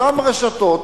אותן רשתות,